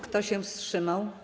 Kto się wstrzymał?